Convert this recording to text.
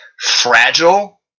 fragile